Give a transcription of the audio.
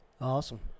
Awesome